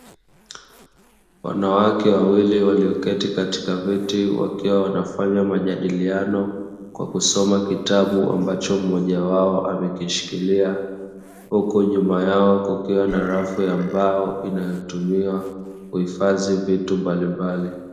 Wanawake wawili walioketi katika viti wakiwa wanafanya majadiliano kwa kufanya kitabu ambacho mmoja wao amekishikilia, huku nyuma yao kukiwa na rafu ya mbao inatumiwa kuhifadhi vitu mbalimbali.